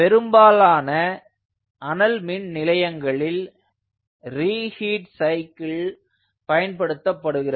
பெரும்பாலான அனல் மின் நிலையங்களில் ரி ஹீட் சைக்கிள் பயன்படுத்தப்படுகிறது